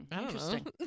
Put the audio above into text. Interesting